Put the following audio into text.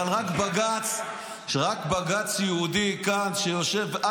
אבל רק בג"ץ יהודי שיושב כאן,